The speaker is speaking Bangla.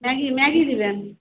ম্যাগি ম্যাগি দেবেন